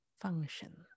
function